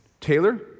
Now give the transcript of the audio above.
Taylor